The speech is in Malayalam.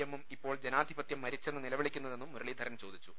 എമ്മും ഇപ്പോൾ ജനാധിപത്യം മരിച്ചെന്ന് നിലവിളിക്കു ന്നതെന്നും മുരളീധരൻ ചോദിച്ചു